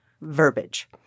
verbiage